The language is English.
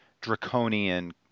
draconian